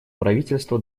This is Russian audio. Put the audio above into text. правительства